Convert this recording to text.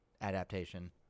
adaptation